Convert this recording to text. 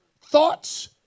thoughts